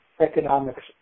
economics